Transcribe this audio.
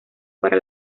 para